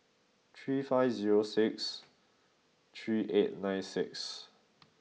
three five zero six three eight nine six